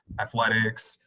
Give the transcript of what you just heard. athletics,